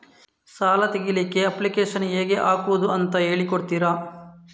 ಸಾಲ ತೆಗಿಲಿಕ್ಕೆ ಅಪ್ಲಿಕೇಶನ್ ಹೇಗೆ ಹಾಕುದು ಅಂತ ಹೇಳಿಕೊಡ್ತೀರಾ?